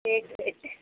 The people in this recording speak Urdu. ایک سیکنڈ